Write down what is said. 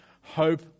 hope